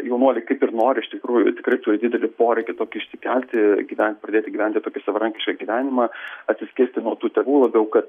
jaunuoliai kaip ir nori iš tikrųjų tikrai turi didelį poreikį tokį išsikelti gyvent pradėt gyventi tokį savarankišką gyvenimą atsiskirti nuo tų tėvų labiau kad